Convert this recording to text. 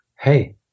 hey